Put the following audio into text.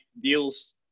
deals